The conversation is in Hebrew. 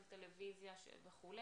של טלוויזיה וכו',